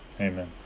Amen